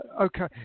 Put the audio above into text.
Okay